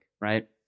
right